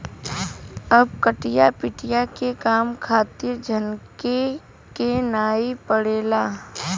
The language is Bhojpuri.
अब कटिया पिटिया के काम खातिर झनके के नाइ पड़ला